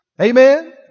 Amen